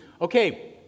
okay